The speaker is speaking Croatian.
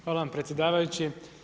Hvala vam predsjedavajući.